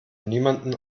niemandem